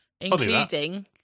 Including